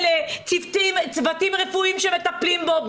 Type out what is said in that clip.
צוותים רפואיים שמטפלים בו,